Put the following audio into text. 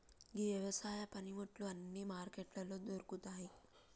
గీ యవసాయ పనిముట్లు అన్నీ మార్కెట్లలో దొరుకుతాయి